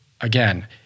again